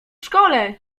szkole